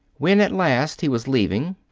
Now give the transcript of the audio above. when, at last, he was leaving,